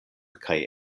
kaj